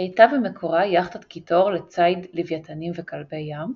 היא הייתה במקורה יכטת קיטור לציד לווייתנים וכלבי ים,